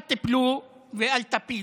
אל תיפלו ואל תפילו.